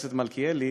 מלכיאלי.